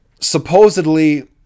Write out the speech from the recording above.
supposedly